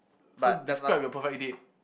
so describe your perfect date